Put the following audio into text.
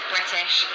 British